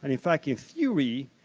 and in fact, in theory,